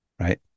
right